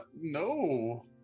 no